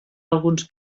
alguns